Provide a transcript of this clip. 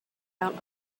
out